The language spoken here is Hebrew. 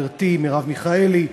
חברתי מרב מיכאלי,